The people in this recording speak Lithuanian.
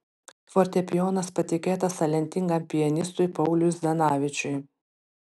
fortepijonas patikėtas talentingam pianistui pauliui zdanavičiui